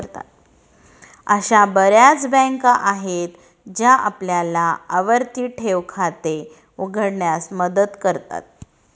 अशा बर्याच बँका आहेत ज्या आपल्याला आवर्ती ठेव खाते उघडण्यास मदत करतात